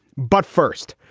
but first,